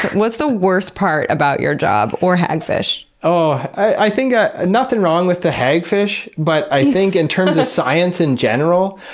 what's the worst part about your job or hagfish? i think, ah nothing wrong with the hagfish, but i think in terms of science in general,